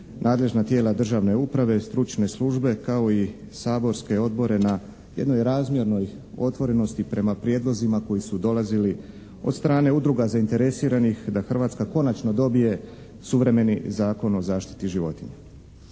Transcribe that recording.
nadležna tijela državne uprave, stručne službe kao i saborske odbore na jednoj razmjernoj otvorenosti prema prijedlozima koji su dolazili od strane udruga zainteresiranih da Hrvatska konačno dobije suvremeni Zakon o zaštiti životinja.